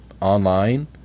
online